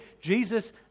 Jesus